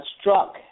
struck